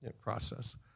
process